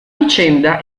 vicenda